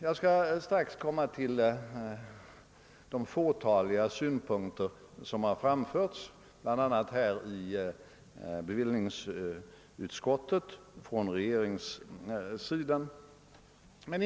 Jag skall strax beröra de fåtaliga synpunkter som framförts i bl.a. bevillningsutskottet från regeringssidan.